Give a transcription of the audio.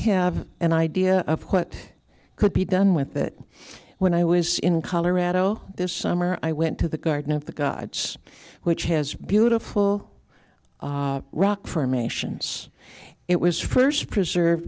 have an idea of what could be done with it when i was in colorado this summer i went to the garden of the gods which has beautiful rock formations it was first preserve